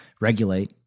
regulate